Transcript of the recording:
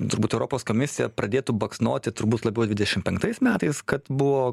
turbūt europos komisija pradėtų baksnoti turbūt labiau dvidešimt penktais metais kad buvo